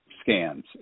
scans